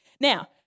now